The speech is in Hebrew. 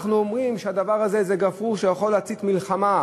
אנחנו אומרים שהדבר הזה הוא גפרור שיכול להצית מלחמה